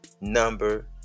Number